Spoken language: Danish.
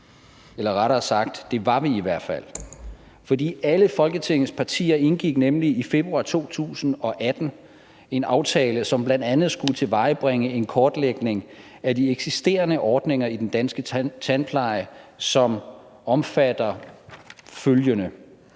eller – rettere sagt – det var vi i hvert fald. For alle Folketingets partier indgik nemlig i februar 2018 en aftale, som bl.a. skulle tilvejebringe en kortlægning af de eksisterende ordninger i den danske tandpleje, som omfatter følgende: